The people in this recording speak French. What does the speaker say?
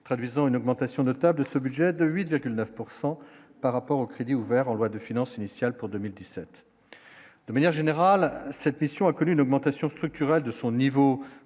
traduisant une augmentation notable de ce budget de 8,9 pourcent par rapport aux crédits ouverts en loi de finances initiale pour 2017, de manière générale, cette mission a connu une augmentation structurelle de son niveau